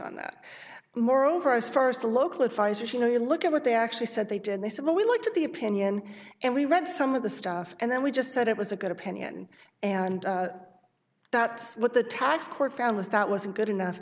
on that moreover as first a local advisers you know you look at what they actually said they did and they said well we looked at the opinion and we read some of the stuff and then we just said it was a good opinion and that's what the tax court found was that wasn't good enough